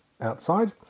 outside